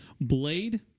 Blade